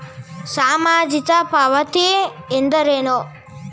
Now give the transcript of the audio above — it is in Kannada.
ಸಾಮಾಜಿಕ ಪಾವತಿ ಎಂದರೇನು?